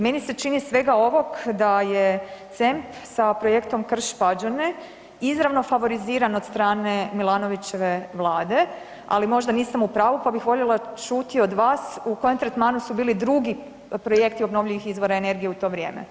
Meni se čini iz svega ovog da je CEMP sa Projektom Krš-Pađene izravno favoriziran od strane Milanovićeve vlade, ali možda nisam u pravu, pa bih voljela čuti od vas u kojem tretmanu su bili drugi projekti obnovljivih izvora energije u to vrijeme?